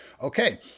okay